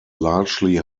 largely